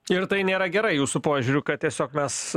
ir tai nėra gerai jūsų požiūriu kad tiesiog mes